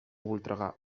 voltregà